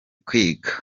kwiga